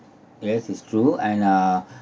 yes it's true and uh